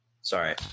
sorry